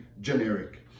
generic